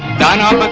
da da but